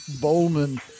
Bowman